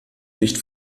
nicht